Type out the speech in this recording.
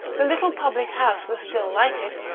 the little public-house was still lighted,